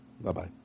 Bye-bye